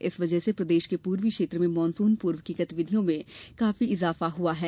इस वजह से प्रदेश के पूर्वी क्षेत्र में मानसून पूर्व की गतिविधियों में भी काफी तेजी आ गई है